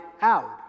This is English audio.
out